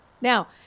Now